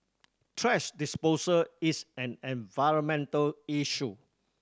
thrash disposal is an environmental issue